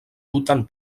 tutan